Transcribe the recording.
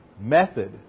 method